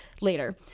Later